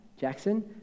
Jackson